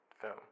film